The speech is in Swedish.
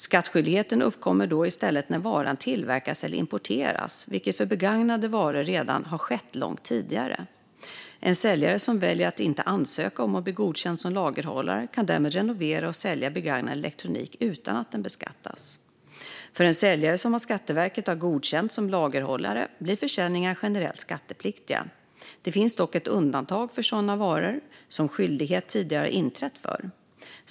Skattskyldigheten uppkommer då i stället när varan tillverkas eller importeras, vilket för begagnade varor redan har skett långt tidigare. En säljare som väljer att inte ansöka om att bli godkänd som lagerhållare kan därmed renovera och sälja begagnad elektronik utan att den beskattas. För en säljare som av Skatteverket har godkänts som lagerhållare blir försäljningar generellt skattepliktiga. Det finns dock ett undantag för sådana varor som skattskyldighet tidigare har inträtt för.